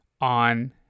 on